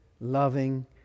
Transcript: loving